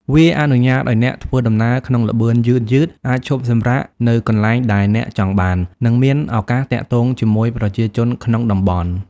វាអនុញ្ញាតឱ្យអ្នកធ្វើដំណើរក្នុងល្បឿនយឺតៗ អាចឈប់សម្រាកនៅកន្លែងដែលអ្នកចង់បាន និងមានឱកាសទាក់ទងជាមួយប្រជាជនក្នុងតំបន់។